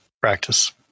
practice